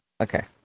Okay